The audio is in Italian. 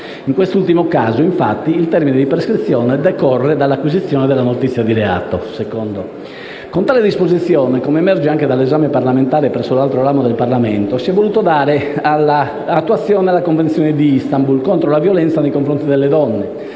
in quest'ultimo caso, infatti, il termine di prescrizione decorre dall'acquisizione della notizia di reato. Con tale disposizione, come emerge anche dall'esame parlamentare presso l'altro ramo del Parlamento, si è voluto dare attuazione alla Convenzione di Istanbul, contro la violenza nei confronti delle donne,